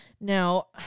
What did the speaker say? Now